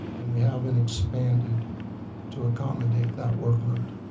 and we haven't expanded to accommodate that workload.